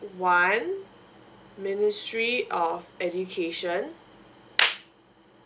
one ministry of education